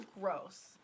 gross